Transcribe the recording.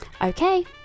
Okay